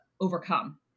overcome